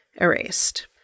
erased